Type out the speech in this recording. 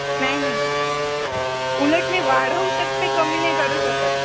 नाही नाही उलट मी वाढवू शकते कमी नाही करू शकत